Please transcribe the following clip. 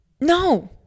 No